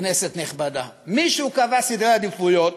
כנסת נכבדה, מישהו קבע סדרי עדיפויות,